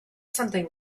something